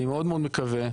אני מאוד מאוד מקווה,